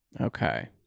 Okay